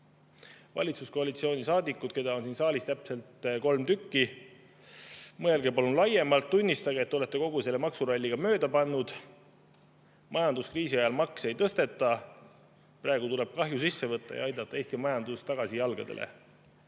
Valitsuskoalitsioonisaadikud, keda on siin saalis täpselt kolm tükki! Mõelge palun laiemalt, tunnistage, et te olete kogu selle maksuralliga mööda pannud. Majanduskriisi ajal makse ei tõsteta. Praegu tuleb kahju sisse võtta ja aidata Eesti majandus tagasi jalgadele.